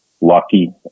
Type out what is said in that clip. lucky